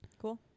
Cool